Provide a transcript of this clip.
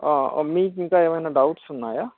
మీకు ఇంకా ఏమైనా డౌట్స్ ఉన్నాయా